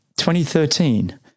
2013